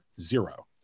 Zero